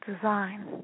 design